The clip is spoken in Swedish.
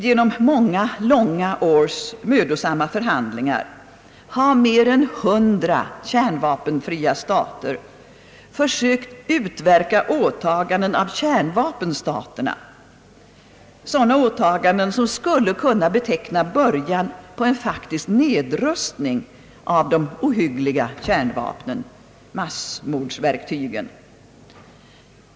Genom många långa års mödosamma förhandlingar har mer än 100 kärnvapenfria stater försökt utverka åtaganden av kärnvapenstaterna — sådana åtaganden som skulle kunna beteckna början på en faktisk nedrustning av de ohyggliga kärnvapnen, massmordsverktygen.